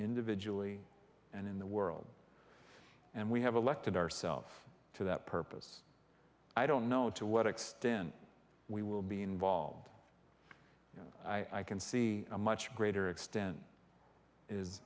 individually and in the world and we have elected ourself to that purpose i don't know to what extent we will be involved i can see a much greater extent is